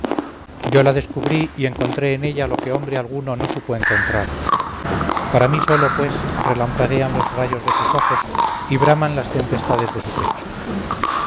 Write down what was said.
yo la descubrí y encontré en ella lo que hombre alguno no supo encontrar para mí solo pues relampaguean los rayos de sus ojos y braman las tempestades de su pecho